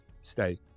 stay